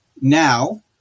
Now